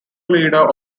leader